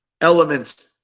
elements